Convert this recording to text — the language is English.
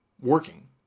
working